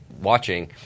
watching